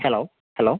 hello hello